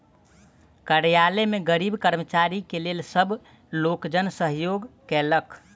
कार्यालय में गरीब कर्मचारी के लेल सब लोकजन सहयोग केलक